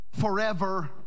forever